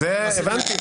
הבנתי.